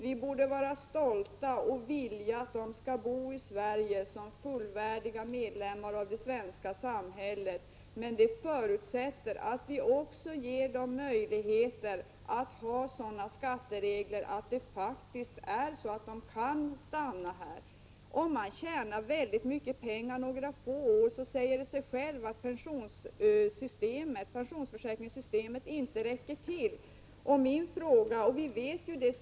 Vi borde vara stolta och vilja att de skall bo i Sverige som fullvärdiga medlemmar av det svenska samhället. Men det förutsätter att vi har sådana skatteregler att de faktiskt kan stanna här. Det säger sig självt att pensionsförsäkringssystemet inte räcker till för dem som tjänar väldigt mycket pengar under några få år.